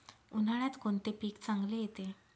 उन्हाळ्यात कोणते पीक चांगले येते?